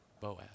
Boaz